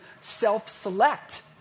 self-select